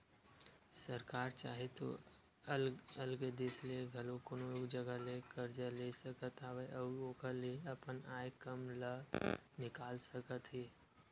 सरकार चाहे तो अलगे देस ले घलो कोनो जघा ले करजा ले सकत हवय अउ ओखर ले अपन आय काम ल निकाल सकत हे